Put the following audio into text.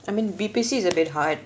I mean B_B_C is a bit hard